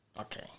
Okay